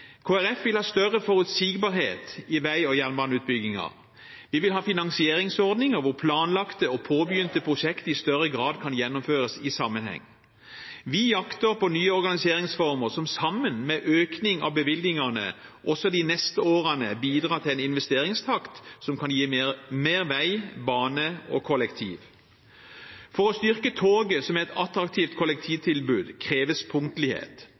vil ha større forutsigbarhet i vei- og jernbaneutbyggingen. Vi vil ha finansieringsordninger hvor planlagte og påbegynte prosjekter i større grad kan gjennomføres i sammenheng. Vi jakter på nye organiseringsformer som sammen med økning av bevilgningene også de neste årene bidrar til en investeringstakt som kan gi mer vei, bane og kollektiv. For å styrke toget som et attraktivt kollektivtilbud kreves punktlighet,